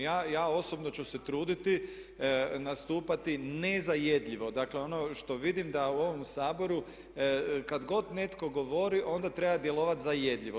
Ja osobno ću se truditi nastupati ne zajedljivo, dakle ono što vidim da u ovom Saboru kad god netko govori onda treba djelovat zajedljivo.